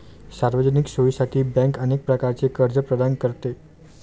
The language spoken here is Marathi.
सार्वजनिक सोयीसाठी बँक अनेक प्रकारचे कर्ज प्रदान करते